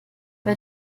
bei